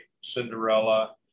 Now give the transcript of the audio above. Cinderella